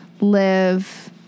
live